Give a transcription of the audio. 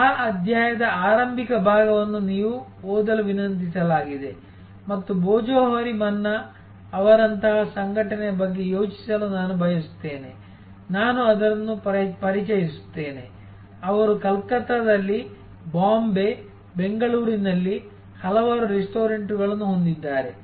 ಆ ಅಧ್ಯಾಯದ ಆರಂಭಿಕ ಭಾಗವನ್ನು ನೀವು ಓದಲು ವಿನಂತಿಸಲಾಗಿದೆ ಮತ್ತು ಭೋಜೋಹರಿ ಮನ್ನಾ ಅವರಂತಹ ಸಂಘಟನೆಯ ಬಗ್ಗೆ ಯೋಚಿಸಲು ನಾನು ಬಯಸುತ್ತೇನೆ ನಾನು ಅದನ್ನು ಪರಿಚಯಿಸುತ್ತೇನೆ ಅವರು ಕಲ್ಕತ್ತಾದಲ್ಲಿ ಬಾಂಬೆ ಬೆಂಗಳೂರಿನಲ್ಲಿ ಹಲವಾರು ರೆಸ್ಟೋರೆಂಟ್ಗಳನ್ನು ಹೊಂದಿದ್ದಾರೆ